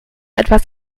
etwas